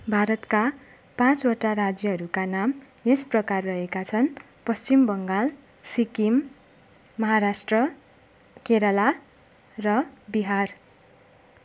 भारतका पाँचवटा राज्यहरूका नाम यस प्रकार रहेका छन् पश्चिम बङ्गाल सिक्किम महाराष्ट्र केरला र बिहार